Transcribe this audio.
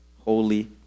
Holy